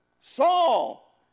Saul